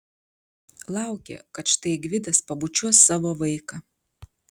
laukė kad štai gvidas pabučiuos savo vaiką